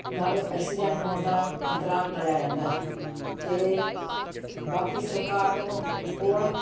ਨਾਲ ਐਕਸੀਡੈਂਟ ਹੋਣ ਦਾ ਖਤਰਾ ਟਲਿਆ ਰਹਿੰਦਾ ਅਤੇ ਬਾਕੀ ਸਰਕਾਰ ਨੂੰ ਪੁਲ